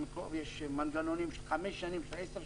יש מנגנונים של חמש שנים, של עשר שנים.